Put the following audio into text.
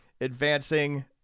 advancing